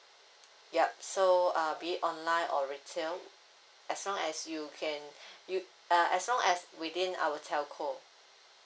yup so uh be it online or retail as long as you can you uh as long as within our telco